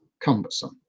cumbersome